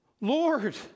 Lord